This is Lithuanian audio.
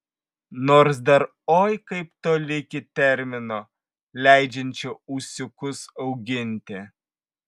nors dar oi kaip toli iki termino leidžiančio ūsiukus auginti